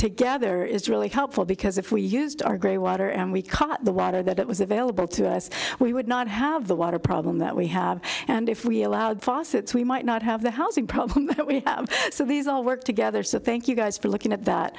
together is really helpful because if we used our great water and we caught the water that it was available to us we would not have the water problem that we have and if we allowed fawcett's we might not have the housing problem so these all work together so thank you guys for looking at that